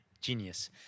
genius